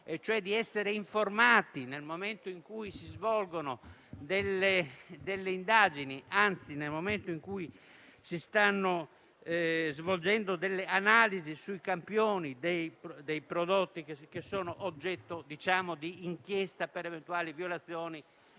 cioè di essere informati nel momento in cui si svolgono indagini, anzi nel momento in cui si stanno svolgendo analisi sui campioni dei prodotti oggetto di inchiesta per eventuale contraffazione